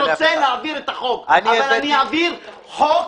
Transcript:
אני רוצה להעביר את החוק אבל אני אעביר חוק